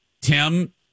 Tim